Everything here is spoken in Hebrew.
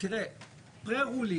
אם קודם היה,